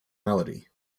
melody